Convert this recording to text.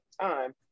time